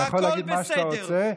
הכול בסדר.